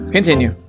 Continue